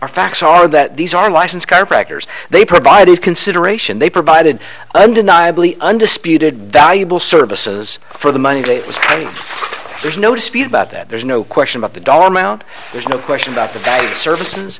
are facts are that these are licensed chiropractors they provided consideration they provided undeniably undisputed valuable services for the money there's no dispute about that there's no question about the dollar amount there's no question about the services